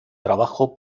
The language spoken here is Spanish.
trabajo